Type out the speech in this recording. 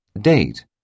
Date